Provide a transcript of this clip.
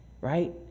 right